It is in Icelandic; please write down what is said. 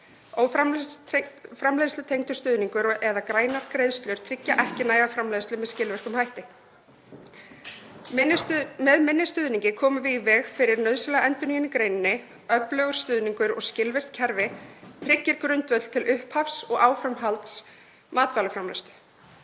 Óframleiðslutengdur stuðningur eða grænar greiðslur tryggja ekki næga framleiðslu með skilvirkum hætti. Með minni stuðningi komum við í veg fyrir nauðsynlega endurnýjun í greininni. Öflugur stuðningur og skilvirkt kerfi tryggir grundvöll til upphafs og áframhalds matvælaframleiðslu.